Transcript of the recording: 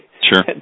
sure